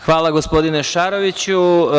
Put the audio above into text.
Hvala, gospodine Šaroviću.